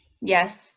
yes